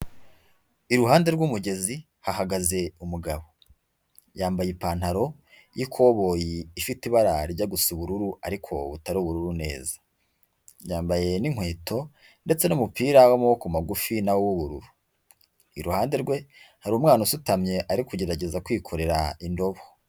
Iruhande rw'umugezi hahagaze umugabo, yambaye ipantaro y'ikoboyi ifite ibara rijya gusa ubururu ariko butari ubururu neza, yambaye n'inkweto ndetse n'umupira w'amaboko magufi na wo w'ubururu, iruhande rwe hari umwana usutamye ari kugerageza kwikorera indobo.